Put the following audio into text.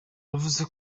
yavuze